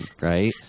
right